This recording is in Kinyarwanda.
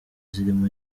zirimo